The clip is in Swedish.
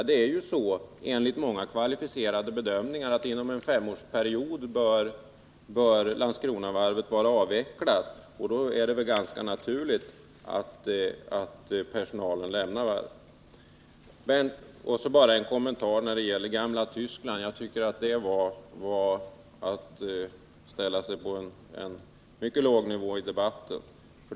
Men enligt många kvalificerade bedömningar bör Landskronavarvet vara avvecklat inom en femårsperiod, och då är det väl ganska naturligt att personalen lämnar varvet. Bara en kort kommentar när det gäller det gamla Tyskland. Jag tycker det var att ställa sig på en mycket låg nivå i debatten att anföra någonting sådant.